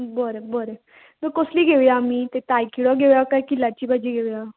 बरें बरें सो कसली घेवया आमी ते तायखिळो घेवया काय किल्लाची भाजी घेवया